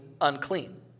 unclean